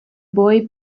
boy